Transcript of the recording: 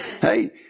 Hey